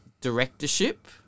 directorship